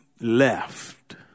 left